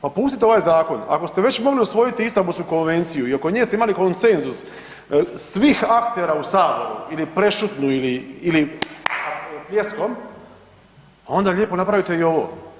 Pa pustite ovaj zakon, ako ste već mogli usvojiti Istambulsku konvenciju i oko nje ste imali konsenzus svih aktera u Sabora ili prešutnu ili pljeskom, a onda lijepo napravite i ovo.